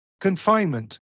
confinement